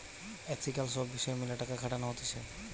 ethical সব বিষয় মেলে টাকা খাটানো হতিছে